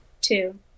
Two